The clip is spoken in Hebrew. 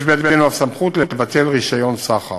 יש בידנו הסמכות לבטל רישיון סחר.